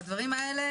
בבקשה,